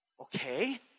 Okay